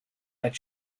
that